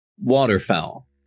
Waterfowl